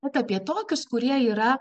bet apie tokius kurie yra